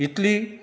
इतलीं